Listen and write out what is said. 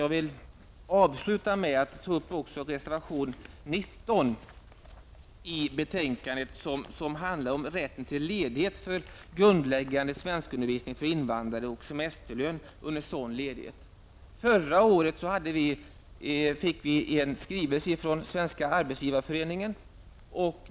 Jag vill avsluta med att något kommentera reservation 19 som handlar om rätt till ledighet för grundläggande svenskundervisning för invandrare och semesterlön under en sådan ledighet. Förra året fick vi en skrivelse från Svenska arbetsgivareföreningen.